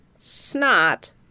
Snot